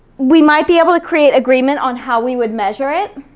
we might be able to create agreement on how we would measure it.